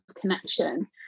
connection